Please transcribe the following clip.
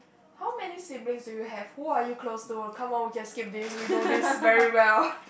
how many siblings do you have who are you close to come on we can skip this we know this very well